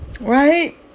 right